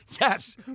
Yes